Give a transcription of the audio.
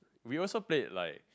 we also played like